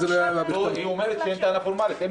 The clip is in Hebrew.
אין טענה פורמלית.